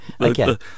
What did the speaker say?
Okay